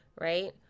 right